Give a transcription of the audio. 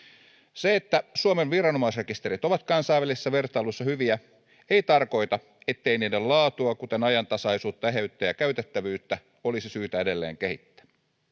se että suomen viranomaisrekisterit ovat kansainvälisessä vertailussa hyviä ei tarkoita ettei niiden laatua kuten ajantasaisuutta eheyttä ja käytettävyyttä olisi syytä edelleen kehittää